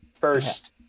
first